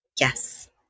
Yes